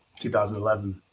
2011